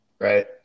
Right